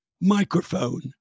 microphone